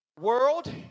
World